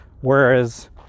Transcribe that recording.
Whereas